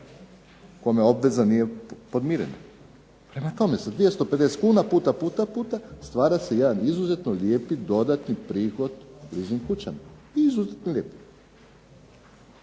kome obveza nije podmirena. Prema tome, sa 250 kuna puta puta puta stvara se jedan izuzetno lijepi dodatni prihod leasing kućama. Izuzetno lijep.